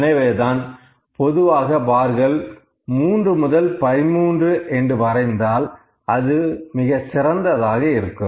எனவேதான் பொதுவாக பார்கள் 3 முதல் 13 என்று வரைந்தால் அது மிகச் சிறந்ததாக இருக்கும்